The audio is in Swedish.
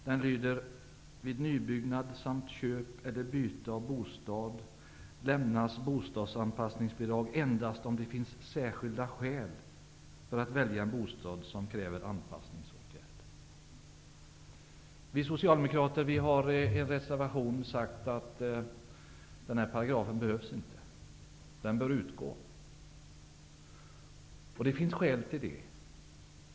Där står det att vid nybyggnad samt köp eller byte av bostad lämnas bostadsanpassningsbidrag endast om det finns särskilda skäl för att välja en bostad som kräver anpassningsåtgärder. Vi socialdemokrater har sagt i en reservation att den här paragrafen inte behövs. Den bör utgå. Det finns skäl till det.